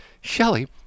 Shelley